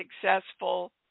successful